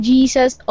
Jesus